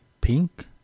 pink